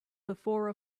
before